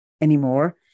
anymore